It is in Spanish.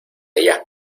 allá